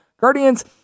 Guardians